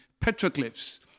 petroglyphs